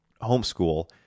homeschool